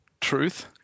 truth